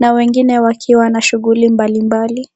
na wengine wakiwa na shughuli mbalimbali.